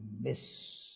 miss